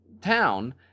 town